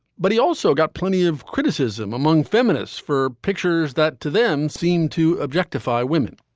but he also got plenty of criticism among feminists for pictures that to them seemed to objectify women.